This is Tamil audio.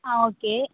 ஆ ஓகே